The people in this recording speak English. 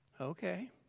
Okay